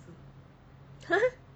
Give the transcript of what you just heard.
!huh!